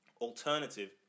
alternative